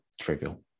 trivial